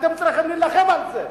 אתם צריכים להילחם על זה.